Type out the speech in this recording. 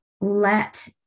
let